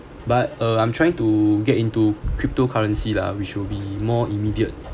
but uh I'm trying to get into cryptocurrency lah which will be more immediate